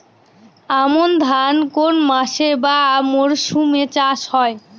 আমন ধান কোন মাসে বা মরশুমে চাষ হয়?